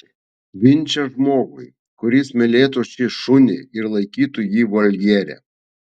vinčą žmogui kuris mylėtų šį šunį ir laikytų jį voljere